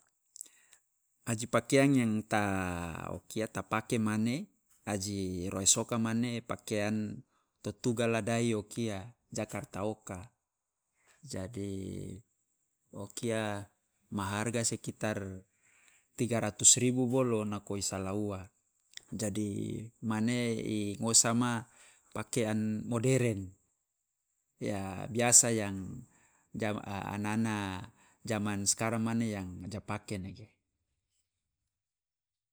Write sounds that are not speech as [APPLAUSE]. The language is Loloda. Aji pakeang yang ta [HESITATION] o kia ta pake mane, aji roes oka mane pakian to tugala dai o kia jakarta oka. Jadi [HESITATION] o kia ma harga sekitar tiga ratus ribu bolo nako i salah ua, jadi mane i ngosama pakian modern. Ya biasa yang ja a- ana- ana jaman sekarang mane yang ja pake ne ge.